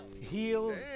heels